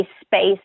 space